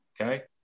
Okay